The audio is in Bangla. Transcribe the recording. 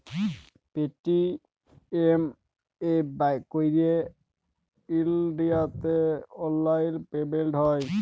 পেটিএম এ ক্যইরে ইলডিয়াতে অললাইল পেমেল্ট হ্যয়